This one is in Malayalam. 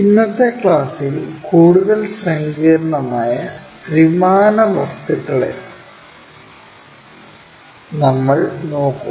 ഇന്നത്തെ ക്ലാസ്സിൽ കൂടുതൽ സങ്കീർണ്ണമായ ത്രിമാന വസ്തുക്കളെ നമ്മൾ നോക്കും